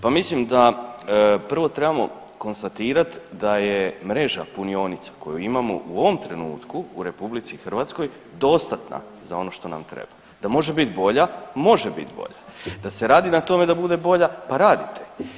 Pa mislim da prvo trebamo konstatirat da je mreža punionica koju imamo u ovom trenutku u RH dostatna za ono što nam treba, da može bit bolja, može bit bolja, da se radi na tome da bude bolja, pa radite.